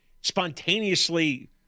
spontaneously